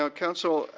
ah council,